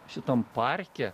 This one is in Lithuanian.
šitam parke